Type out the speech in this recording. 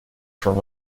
from